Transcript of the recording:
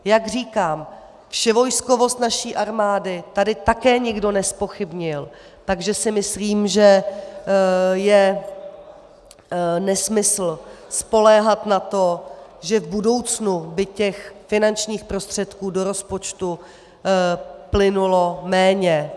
Jak říkám, vševojskovost naší armády tady také nikdo nezpochybnil, takže si myslím, že je nesmysl spoléhat na to, že v budoucnu by těch finančních prostředků do rozpočtu plynulo méně.